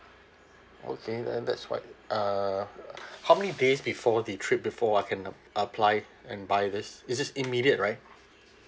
okay then that's what uh how many days before the trip before I can ap~ apply and buy this is this immediate right